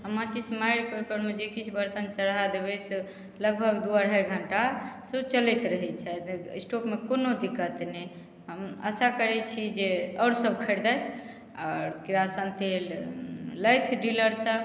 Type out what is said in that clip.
माचिस मारिके उपरमे जे किछु बर्तन चढ़ा देबै से लगभग दू अढ़ाइ घण्टा से ओ चलैत रहै छथि स्टोवमे कोनो दिक्कत नहि हम आशा करै छी जे आओर सब खरीदथि आओर किरासिन तेल लथि डीलरसँ